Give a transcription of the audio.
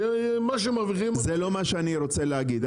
שמה שהם מרוויחים --- זה לא מה שאני רוצה להגיד.